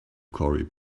corey